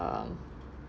um